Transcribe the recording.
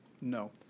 No